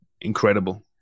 Incredible